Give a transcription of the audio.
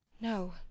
No